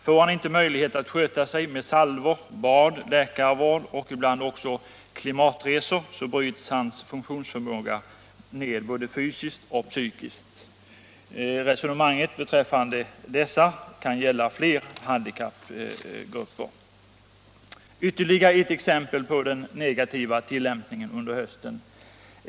Får han inte möjlighet att sköta sig med salvor, bad, läkarvård och ibland också klimatresor bryts hans funktionsförmåga ned både fysiskt och psykiskt. — Resonemanget beträffande psoriatikerna kan gälla fler handikappgrupper. Jag vill anföra ytterligare ett exempel på den negativa tillämpningen under hösten.